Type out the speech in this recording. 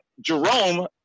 Jerome